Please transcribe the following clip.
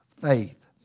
faith